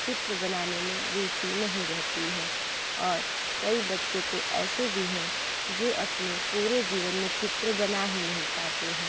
चित्र बनाने में रुचि नहीं रहती है और कई बच्चे तो ऐसे भी है जो अपने पूरे जीवन में चित्र बना ही नहीं पाते हैं